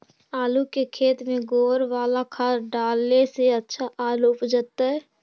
आलु के खेत में गोबर बाला खाद डाले से अच्छा आलु उपजतै?